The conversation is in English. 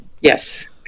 Yes